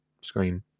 screen